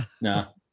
No